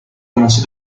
commencé